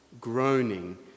groaning